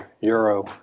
Euro